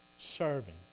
serving